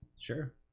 Sure